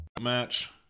match